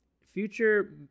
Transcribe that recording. future –